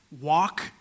walk